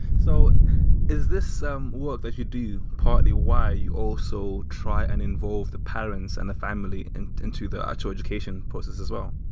so is this work that you do partly why you also try and involve the parents and the family into the actual education process as well?